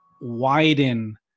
widen